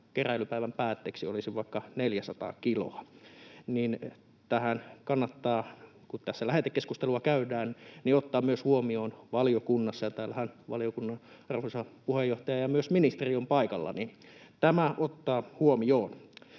keräilypäivän päätteeksi olisi vaikka 400 kiloa. Tämähän kannattaa, kun tässä lähetekeskustelua käydään, myös ottaa huomioon valiokunnassa. Kun täällähän valiokunnan arvoisa puheenjohtaja ja myös ministeri ovat paikalla, niin tämä kannattaa ottaa huomioon.